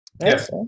Yes